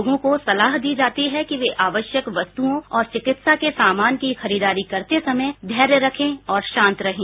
लोगों को सलाह दी जातीहै कि वे आवश्यक वस्तुओं और चिकित्सा के सामान की खरीददारी करते समय धैर्य रखेंऔर शांत रहें